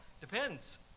depends